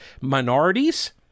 minorities